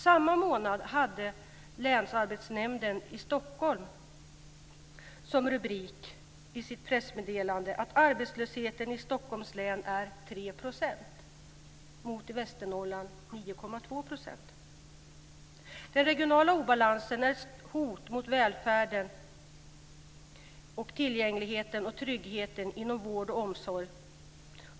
Samma månad skrev Länsarbetsnämnden i Stockholm i en rubrik i sitt pressmeddelande att arbetslösheten i Denna regionala obalans är ett hot mot välfärden i Västernorrland.